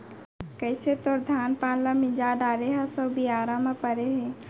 कइसे तोर धान पान ल मिंजा डारे हस अउ बियारा म परे हे